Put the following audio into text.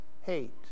hate